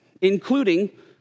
including